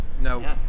No